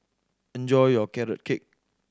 enjoy your Carrot Cake